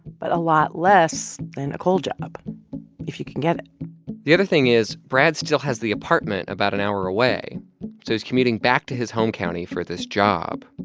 but a lot less than a coal job if you can get it the other thing is brad still has the apartment about an hour away, so he's commuting back to his home county for this job.